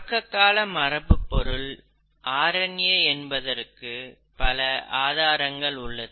தொடக்ககால மரபு பொருள் R N A என்பதற்கு பல ஆதாரங்கள் உள்ளது